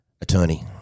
attorney